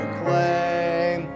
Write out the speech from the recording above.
claim